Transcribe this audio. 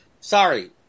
Sorry